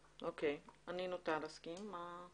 אוקיי, אני נוטה להסכים.